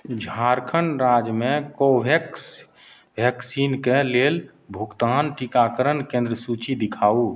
झारखण्ड राज्यमे कोवैक्स वैक्सीनके लेल भुगतान टीकाकरण केन्द्र सूची देखाउ